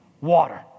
water